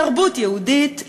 תרבות יהודית,